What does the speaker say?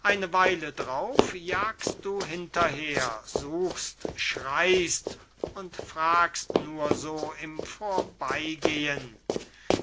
eine weile drauf jagst du hinterher suchst schreyst und fragst nur so im vorbeygehen